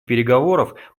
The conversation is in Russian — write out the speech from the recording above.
переговоров